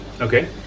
okay